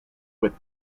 with